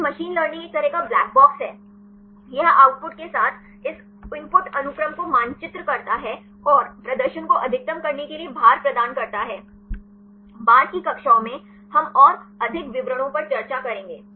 फिर machine learning एक तरह का ब्लैक बॉक्स है यह आउटपुट के साथ इस इनपुट अनुक्रम को मानचित्र करता है और प्रदर्शन को अधिकतम करने के लिए भार प्रदान करता है बाद की कक्षाओं में हम और अधिक विवरणों पर चर्चा करेंगे